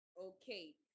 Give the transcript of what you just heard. okay